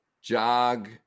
jog